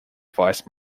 vice